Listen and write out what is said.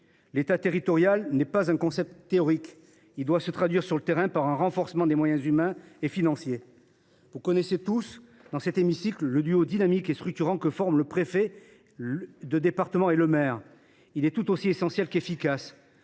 L’État territorial n’est un pas concept théorique : il doit se traduire sur le terrain par un renforcement des moyens humains et financiers. Mes chers collègues, vous connaissez tous, dans cet hémicycle, le duo dynamique et structurant que forment le préfet de département et le maire. Il est tout aussi essentiel qu’efficace,